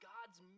God's